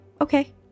Okay